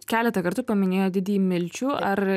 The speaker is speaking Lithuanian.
keletą kartų paminėjot didįjį milčių ar